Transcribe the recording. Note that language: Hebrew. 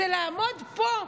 זה לעמוד פה,